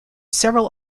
several